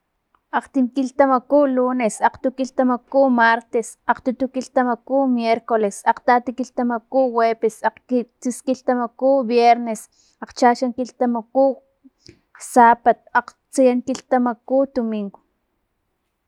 Akgtim kilhtamaku lunes, akgtu kilhtamaku martes, akgtutu kilhtamaku miercoles, akgtati kilhtamaku jueves, akgkittsis kilhtamaku viernes, akgchaxan kilhtamaku sabad, akgtujun kilhtamaku domingo.